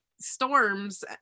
storms